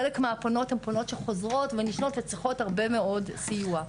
חלק מהפונות הן פונות שחוזרות ונשנות וצריכות הרבה מאוד סיוע.